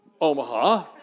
Omaha